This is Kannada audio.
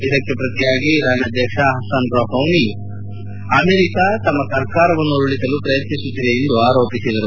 ಇದಕ್ಕೆ ಪ್ರತಿಯಾಗಿ ಇರಾನ್ ಅಧ್ಯಕ್ಷ ಪಸನ್ ರೌಪಾನಿ ಅಮೆರಿಕ ತಮ್ಮ ಸರ್ಕಾರವನ್ನು ಉರುಳಿಸಲು ಪ್ರಯತ್ನಿಸುತ್ತಿದೆ ಎಂದು ಆರೋಪಿಸಿದರು